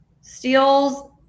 steals